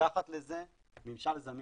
סליחה שאני קוטעת אותך,